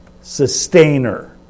sustainer